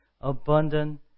abundant